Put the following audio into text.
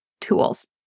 tools